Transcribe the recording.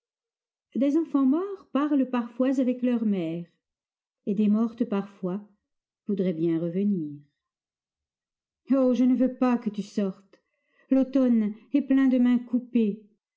des enfants morts parlent parfois avec leur mère et des mortes parfois voudraient bien revenir oh je ne veux pas que tu sortes l'automne est plein de mains coupées